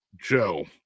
Joe